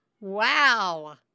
wow